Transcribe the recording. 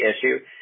issue